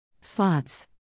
Slots